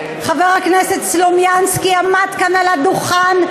חבר הכנסת סלומינסקי עמד כאן על הדוכן,